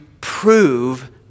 prove